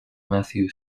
matthew